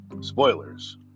spoilers